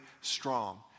strong